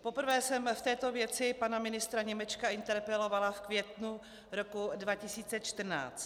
Poprvé jsem v této věci pana ministra Němečka interpelovala v květnu roku 2014.